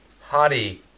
Hari